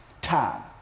time